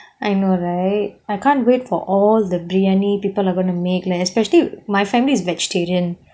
I know right I can't wait for all the biryani people are going to make me especially my family is vegetarian